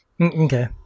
Okay